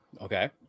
Okay